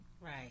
Right